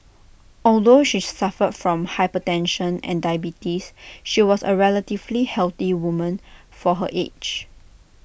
although she suffered from hypertension and diabetes she was A relatively healthy woman for her age